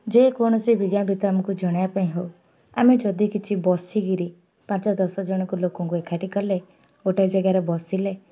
ଯେକୌଣସି ବିଜ୍ଞାପିତ ଆମକୁ ଜଣେଇବା ପାଇଁ ହେଉ ଆମେ ଯଦି କିଛି ବସିକରି ପାଞ୍ଚ ଦଶଜଣକଙ୍କୁ ଲୋକଙ୍କୁ ଏକାଠି କଲେ ଗୋଟିଏ ଜାଗାରେ ବସିଲେ